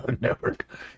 Network